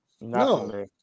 No